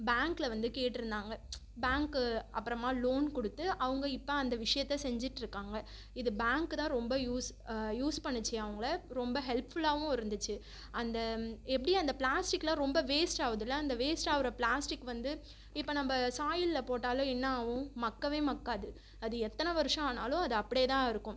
பேங்க்கில வந்து கேட்டுருந்தாங்க பேங்க்கு அப்பறமாக லோன்க் கொடுத்து அவங்க இப்போ அந்த விஷயத்தை செஞ்சிட்டுருக்காங்க இது பேங்க்கு தான் ரொம்ப யூஸ் யூஸ் பண்ணுச்சு அவங்கள ரொம்ப ஹெல்ப்ஃபுல்லாகவும் இருந்துச்சு அந்த எப்படி அந்த ப்ளாஸ்டிக்லாம் ரொம்ப வேஸ்ட்டாவுதுல்ல அந்த வேஸ்ட்டாவுற ப்ளாஸ்டிக் வந்து இப்போ நம்ப சாயிலில் போட்டாலும் என்னாவும் மக்கவே மக்காது அது எத்தனை வருஷம் ஆனாலும் அது அப்படே தான் இருக்கும்